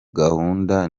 gahunda